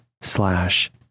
slash